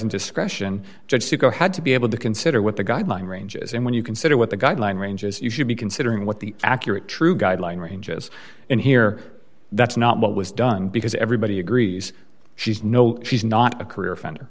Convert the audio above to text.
ahead to be able to consider what the guideline ranges in when you consider what the guideline range is you should be considering what the accurate true guideline ranges in here that's not what was done because everybody agrees she's no she's not a career offend